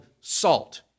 SALT